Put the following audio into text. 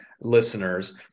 listeners